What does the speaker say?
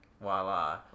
voila